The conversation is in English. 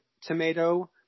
tomato